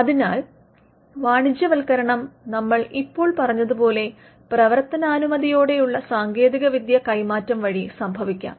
അതിനാൽ വാണിജ്യവത്ക്കരണം നമ്മൾ ഇപ്പോൾ പറഞ്ഞതുപോലെ പ്രവർത്തനാനുമതിയോടെയുള്ള സാങ്കേതികവിദ്യ കൈമാറ്റം വഴി സംഭവിക്കാം